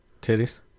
titties